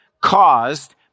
caused